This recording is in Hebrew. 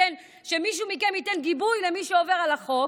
שמישהו מכם ייתן גיבוי למי שעובר על החוק.